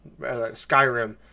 Skyrim